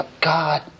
God